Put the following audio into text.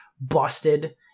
busted